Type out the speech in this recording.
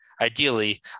ideally